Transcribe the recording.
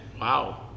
Wow